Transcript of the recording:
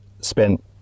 spent